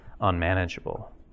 unmanageable